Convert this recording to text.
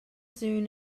soon